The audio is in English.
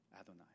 Adonai